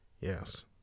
Yes